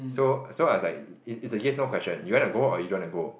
so so I was like it's a yes no question you wanna go or you don't wanna go